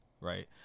right